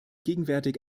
gegenwärtig